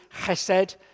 chesed